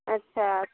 अच्छा